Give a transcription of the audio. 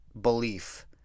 belief